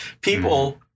People